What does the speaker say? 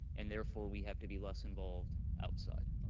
and therefore we have to be less involved outside.